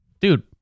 dude